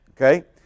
Okay